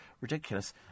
Ridiculous